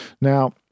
Now